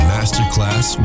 Masterclass